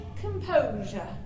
composure